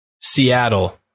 Seattle